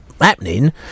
happening